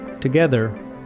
Together